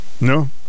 No